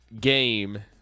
game